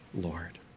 Lord